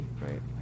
right